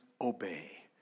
obey